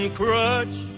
crutch